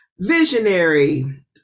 visionary